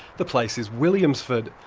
the place is williamsford,